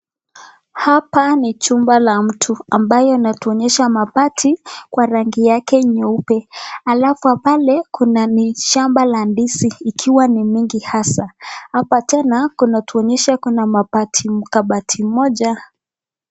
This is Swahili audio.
Hapa ni chumba la mtu ambayo wanatuonyesha mabati kwa rangi yake nyeupe alafu pale kuna shamba la ndizi ikiwa mimea hasa. Hapa tena kuna tuonyesha kuna mabati moja.